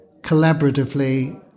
collaboratively